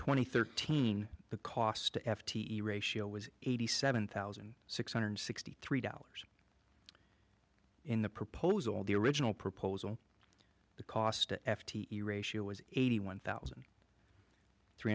and thirteen the cost to f t e ratio was eighty seven thousand six hundred sixty three dollars in the proposal the original proposal the cost f t e ratio was eighty one thousand three